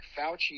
Fauci